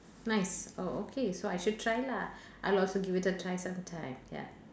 nice oh okay so I should try lah I love to give it a try sometime ya